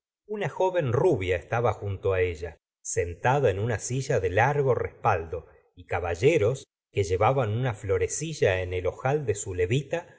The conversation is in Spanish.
una joven rubia estaba junto ella sentada en una silla de largo respaldo y caballeros que llevaban una florecilla en el ojal de su levita